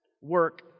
work